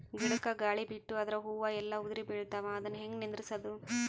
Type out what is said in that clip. ಗಿಡಕ, ಗಾಳಿ ಬಿಟ್ಟು ಅದರ ಹೂವ ಎಲ್ಲಾ ಉದುರಿಬೀಳತಾವ, ಅದನ್ ಹೆಂಗ ನಿಂದರಸದು?